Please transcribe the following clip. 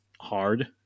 hard